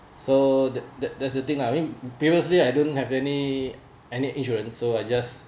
so that that that's the thing lah I mean previously I don't have any any insurance so I just